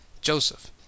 joseph